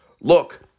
look